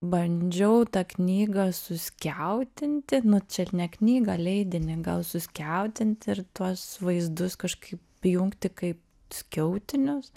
bandžiau tą knygą suskiautinti nu čia ne knygą leidinį gal suskiautinti ir tuos vaizdus kažkaip jungti kaip skiautinius